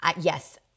Yes